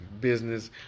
business